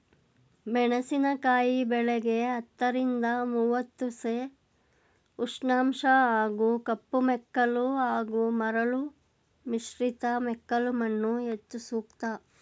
ಮೆಣಸಿನಕಾಯಿ ಬೆಳೆಗೆ ಹತ್ತರಿಂದ ಮೂವತ್ತು ಸೆ ಉಷ್ಣಾಂಶ ಹಾಗೂ ಕಪ್ಪುಮೆಕ್ಕಲು ಹಾಗೂ ಮರಳು ಮಿಶ್ರಿತ ಮೆಕ್ಕಲುಮಣ್ಣು ಹೆಚ್ಚು ಸೂಕ್ತ